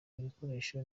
ibikoresho